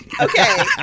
Okay